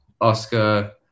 Oscar